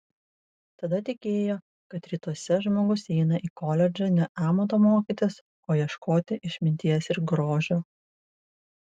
tada tikėjo kad rytuose žmogus eina į koledžą ne amato mokytis o ieškoti išminties ir grožio